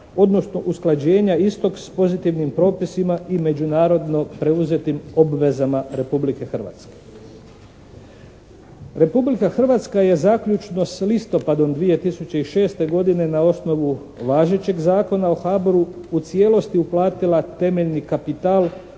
odnosno usklađenja istog s pozitivnim propisima i međunarodno preuzetim obvezama Republike Hrvatske. Republika Hrvatska je zaključno s listopadom 2006. godine na osnovu važećeg Zakona o HABOR-u u cijelosti uplatila temeljni kapital u